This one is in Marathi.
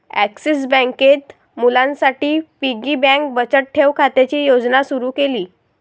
ॲक्सिस बँकेत मुलांसाठी पिगी बँक बचत ठेव खात्याची योजना सुरू केली